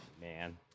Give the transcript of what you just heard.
Man